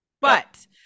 but-